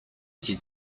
эти